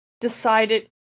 decided